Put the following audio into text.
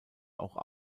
auch